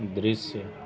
दृश्य